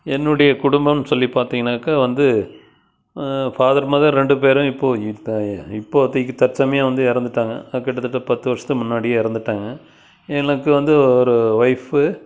என்னுடைய குடும்பம் சொல்லிப் பார்த்திங்கனாக்க வந்து ஃபாதர் மதர் ரெண்டு பேரும் இப்போது இப்போதைக்கி தற்சமயம் வந்து இறந்துட்டாங்க கிட்டத்தட்ட பத்து வருஷத்துக்கு முன்னாடியே இறந்துட்டாங்க எனக்கு வந்து ஒரு வொயிஃப்பு